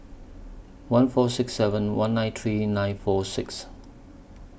one four six seven one nine three nine four six